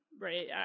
Right